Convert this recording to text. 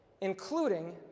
including